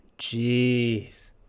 Jeez